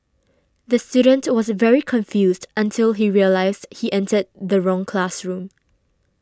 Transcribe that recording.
the student was very confused until he realised he entered the wrong classroom